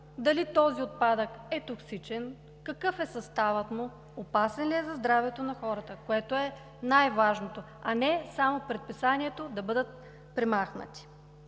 дали този отпадък е токсичен, какъв е съставът му, опасен ли е за здравето на хората, което е най-важното, а не само предписанието да бъдат премахнати.